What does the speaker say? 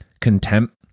contempt